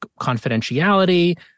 confidentiality